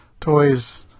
toys